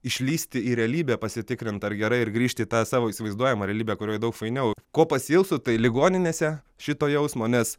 išlįsti į realybę pasitikrint ar gera ir grįžti į tą savo įsivaizduojamą realybę kurioj daug fainiau ko pasiilgstu tai ligoninėse šito jausmo nes